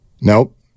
Nope